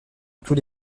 tous